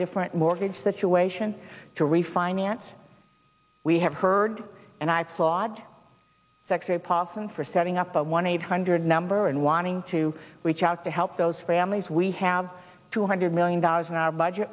different mortgage that you ation to refinance we have heard and i thought secretary paulson for setting up a one eight hundred number and wanting to reach out to help those families we have to hundred million dollars in our budget